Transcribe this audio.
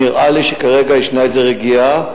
נראה לי שכרגע יש איזו רגיעה.